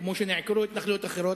כמו שנעקרו התנחלויות אחרות,